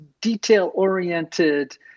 detail-oriented